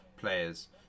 players